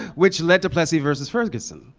which led to plessy v. ferguson.